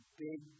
big